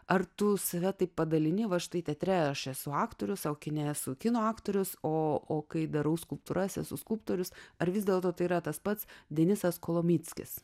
ar tu save taip padalini va štai teatre aš esu aktorius o kine esu kino aktorius o kai darau skulptūras esu skulptorius ar vis dėlto tai yra tas pats denisas kolomickis